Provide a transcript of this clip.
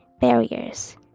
barriers